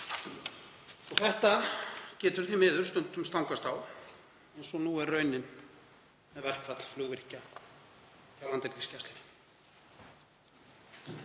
og þetta getur því miður stundum stangast á eins og nú er raunin með verkfall flugvirkja hjá Landhelgisgæslunni.